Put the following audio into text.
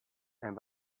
and